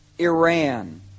Iran